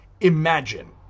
Imagine